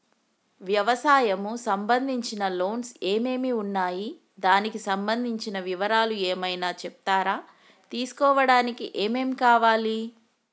వ్యవసాయం సంబంధించిన లోన్స్ ఏమేమి ఉన్నాయి దానికి సంబంధించిన వివరాలు ఏమైనా చెప్తారా తీసుకోవడానికి ఏమేం కావాలి?